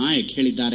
ನಾಯಕ್ ಹೇಳಿದ್ದಾರೆ